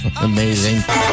Amazing